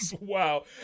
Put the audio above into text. Wow